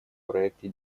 проекте